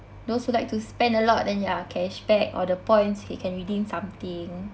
those who like to spend a lot then ya cashback or the points he can redeem something